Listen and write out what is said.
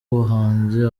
ubuhanzi